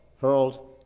hurled